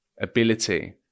ability